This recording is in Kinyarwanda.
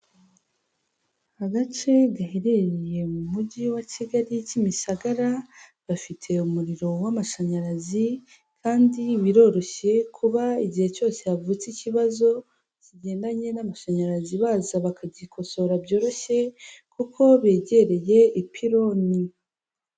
Agace gaherereye mu mujyi wa Kigali Kimisagara bafite umuriro w'amashanyarazi kandi biroroshye kuba igihe cyose havutse ikibazo kigendanye n'amashanyarazi baza bakagikosora byoroshye, kuko begereye ipironi.